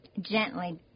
gently